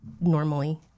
normally